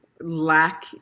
lack